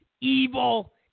evil